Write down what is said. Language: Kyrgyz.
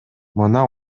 мына